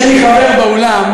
יש לי חבר באולם,